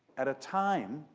at a time,